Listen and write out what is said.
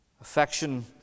Affection